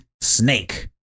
Snake